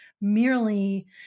merely